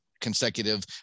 consecutive